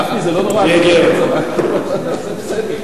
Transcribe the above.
גפני, זה לא נורא לשרת בצבא, זה בסדר.